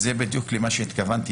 לזה בדיוק התכוונתי,